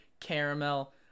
caramel